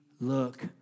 look